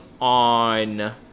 on